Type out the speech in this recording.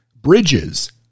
Bridges